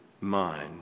mind